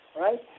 right